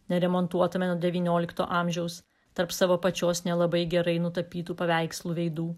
neremontuotame nuo devyniolikto amžiaus tarp savo pačios nelabai gerai nutapytų paveikslų veidų